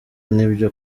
n’ibyo